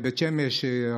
בבית שמש,